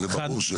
זה ברור שלא.